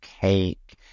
cake